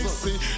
see